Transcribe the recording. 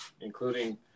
including